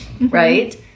right